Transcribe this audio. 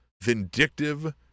vindictive